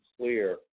clear